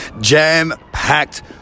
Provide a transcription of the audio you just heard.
jam-packed